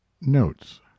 notes